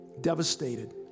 devastated